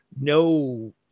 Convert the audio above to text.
no